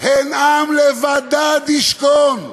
"הן עם לבדד ישכן"